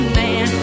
man